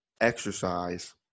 exercise